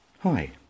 Hi